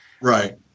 Right